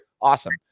Awesome